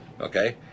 Okay